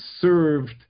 served